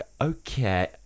okay